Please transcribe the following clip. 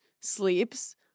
sleeps